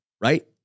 Right